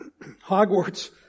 Hogwarts